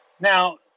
Now